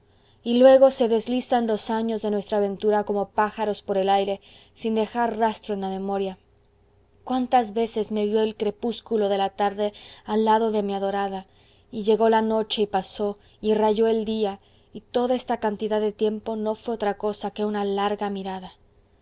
y luego se deslizan los años de nuestra ventura como pájaros por el aire sin dejar rastro en la memoria cuántas veces me vió el crepúsculo de la tarde al lado de mi adorada y llegó la noche y pasó y rayó el día y toda esta cantidad de tiempo no fué otra cosa que una larga mirada